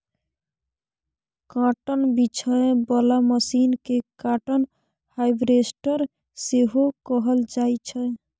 cotton बीछय बला machine केँ काँटन हार्वेस्टर सेहो कहल जाइ छै